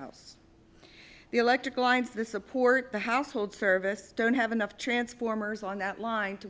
house the electrical lines the support the household service don't have enough transformers on that line to